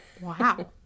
Wow